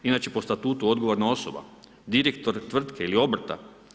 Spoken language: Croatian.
Inače po statutu odgovorna osoba, direktor tvrtke ili obrta?